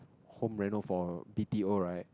home reno~ for a B_T_O right